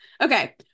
okay